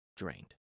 drained